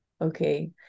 okay